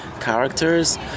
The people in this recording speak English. characters